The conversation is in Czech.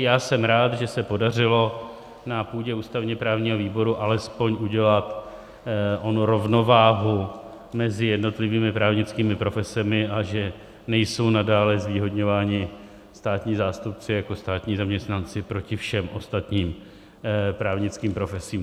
Já jsem rád, že se podařilo na půdě ústavněprávního výboru alespoň udělat onu rovnováhu mezi jednotlivými právnickými profesemi a že nejsou nadále zvýhodňováni státní zástupci jako státní zaměstnanci proti všem ostatním právnickým profesím.